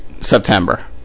September